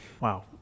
wow